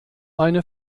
eine